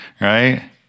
right